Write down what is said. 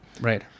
Right